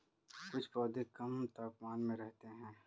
कुछ पौधे कम तापमान में रहते हैं